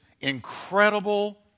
incredible